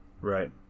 Right